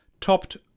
topped